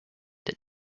that